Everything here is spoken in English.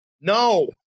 No